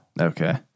Okay